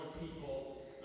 people